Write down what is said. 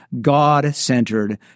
God-centered